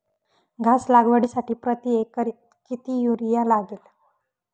घास लागवडीसाठी प्रति एकर किती युरिया लागेल?